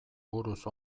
buruz